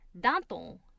Danton